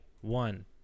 one